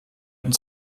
uns